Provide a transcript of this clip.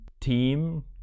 team